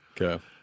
Okay